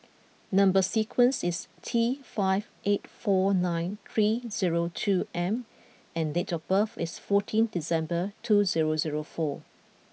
number sequence is T five eight four nine three zero two M and date of birth is fourteen December two zero zero four